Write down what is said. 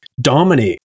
dominate